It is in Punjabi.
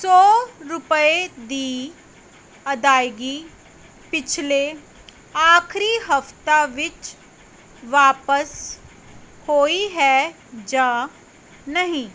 ਸੌ ਰੁਪਏ ਦੀ ਅਦਾਇਗੀ ਪਿਛਲੇ ਆਖਰੀ ਹਫ਼ਤਾ ਵਿੱਚ ਵਾਪਸ ਹੋਈ ਹੈ ਜਾਂ ਨਹੀਂ